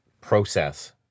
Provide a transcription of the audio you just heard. process